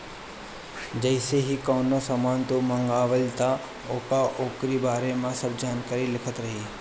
जइसे की कवनो सामान तू मंगवल त ओपे ओकरी बारे में सब जानकारी लिखल रहि